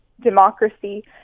democracy